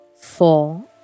four